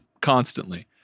constantly